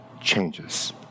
changes